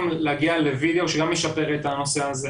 להגיע לווידאו שגם ישפר את הנושא הזה.